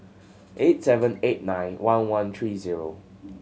eight seven eight nine one one three zero